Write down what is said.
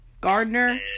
Gardner